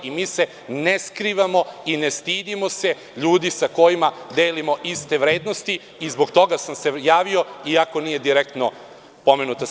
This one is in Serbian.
Mi se ne skrivamo i ne stidimo se ljudi sa kojima delimo iste vrednosti i zbog toga sam se javio, iako nije direktno pomenuta SNS.